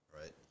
right